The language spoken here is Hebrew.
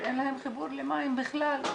שאין להם חיבור למים בכלל.